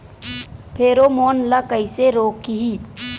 Pheromone ला कइसे रोकही?